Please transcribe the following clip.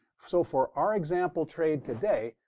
so for our example trade today,